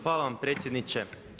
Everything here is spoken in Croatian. Hvala vam predsjedniče.